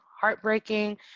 heartbreaking